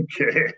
Okay